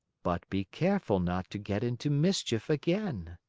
but be careful not to get into mischief again.